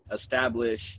establish